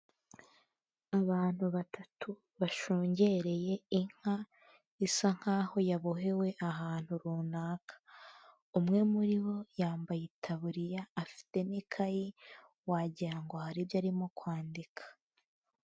Abantu batatu bashungereye inka isa nk'aho yabohewe ahantu runaka, umwe muri bo yambaye itaburiya afite n'ikayi wagira ngo hari ibyo arimo kwandika.